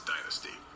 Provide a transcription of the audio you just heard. Dynasty